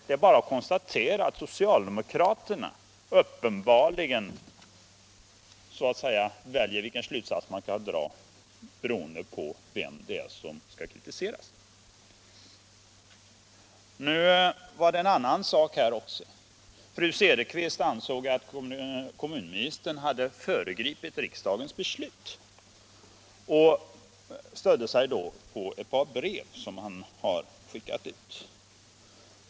Det är bara att konstatera att socialdemokraterna uppenbarligen väljer vilken slutsats man skall dra beroende på vem det är som skall kritiseras. Fru Cederqvist ansåg att kommunministern hade föregripit riksdagens beslut, och hon stödde sig på ett par brev som han hade skrivit.